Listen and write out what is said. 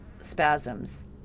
spasms